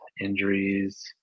Injuries